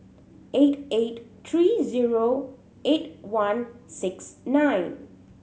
eight eight three zero eight one six nine